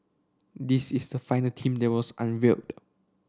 this is the final team there was unveiled